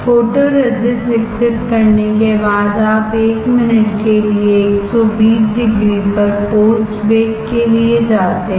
photoresist विकसित करने के बाद आप 1 मिनट के लिए 120 डिग्री पर पोस्ट बेक के लिए जाते हैं